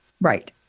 Right